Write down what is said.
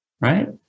Right